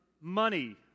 money